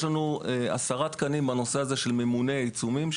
יש לנו עשרה תקנים בנושא הזה, של ממונה עיצומים.